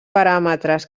paràmetres